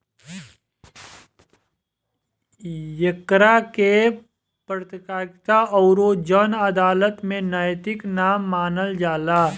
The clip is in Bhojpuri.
एकरा के पत्रकारिता अउर जन अदालत में नैतिक ना मानल जाला